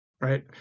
right